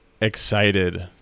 excited